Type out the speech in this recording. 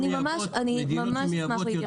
אני ממש אשמח להתייחס.